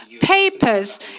papers